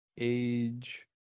Age